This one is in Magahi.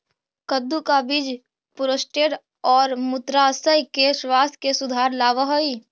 कद्दू का बीज प्रोस्टेट और मूत्राशय के स्वास्थ्य में सुधार लाव हई